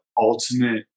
ultimate